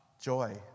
joy